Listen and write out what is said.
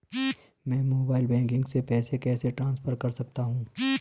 मैं mobile banking से पैसे कैसे ट्रांसफर कर सकता हूं?